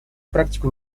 практику